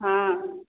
हाँ